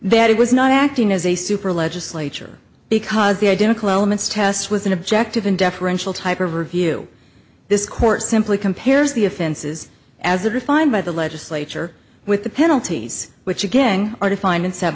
that it was not acting as a super legislature because the identical elements test was an objective and deferential type of review this court simply compares the offenses as a defined by the legislature with the penalties which again are defined